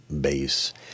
base